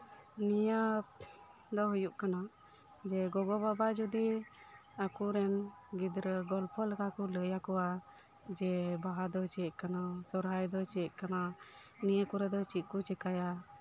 ᱱᱚᱶᱟ ᱫᱚ ᱦᱩᱭᱩᱜ ᱠᱟᱱᱟ ᱜᱚᱜᱚ ᱵᱟᱵᱟ ᱡᱚᱫᱤ ᱟᱠᱚᱨᱮᱱ ᱜᱤᱫᱽᱨᱟᱹ ᱜᱚᱞᱯᱷᱚ ᱞᱮᱠᱟᱠᱚ ᱞᱟᱹᱭ ᱟᱠᱚᱣᱟ ᱡᱮ ᱵᱟᱦᱟ ᱫᱚ ᱪᱮᱫ ᱠᱟᱱᱟ ᱥᱚᱦᱚᱨᱟᱭ ᱫᱚ ᱪᱮᱫ ᱠᱟᱱᱟ ᱱᱚᱶᱟ ᱠᱚᱨᱮᱫᱚ ᱪᱮᱫ ᱠᱚ ᱪᱤᱠᱟᱹᱭᱟ